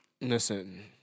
Listen